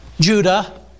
Judah